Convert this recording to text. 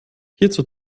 hierzu